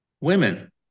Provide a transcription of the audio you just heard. women